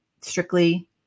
strictly